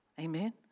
Amen